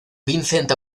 vincent